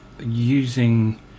using